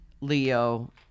Leo